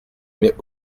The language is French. mais